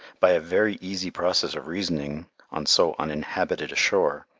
by a very easy process of reasoning on so uninhabited a shore,